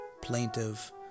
plaintive